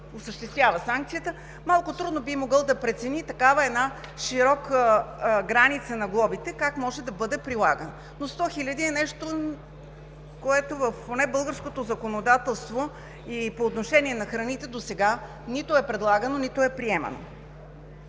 осъществява санкцията, малко трудно би могъл да прецени такава една широка граница на глобите как може да бъде прилагана, но 100 000 лв. е нещо, което поне в българското законодателство и по отношение на храните досега нито е предлагано, нито е приемано.